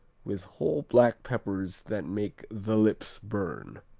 with whole black peppers that make the lips burn.